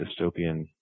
dystopian